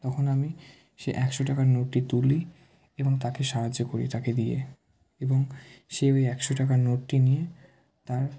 তখন আমি সে একশো টাকার নোটটি তুলি এবং তাকে সাহায্য করি তাকে দিয়ে এবং সে ওই একশো টাকার নোটটি নিয়ে তার